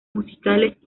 musicales